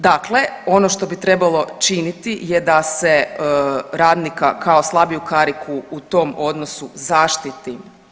Dakle, ono što bi trebalo činiti je da se radnika kao slabiju kariku u tom odnosu zaštiti.